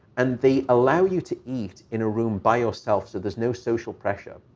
and they allow you to eat in a room by yourself, so there's no social pressure,